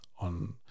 on